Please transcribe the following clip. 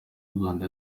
rwanda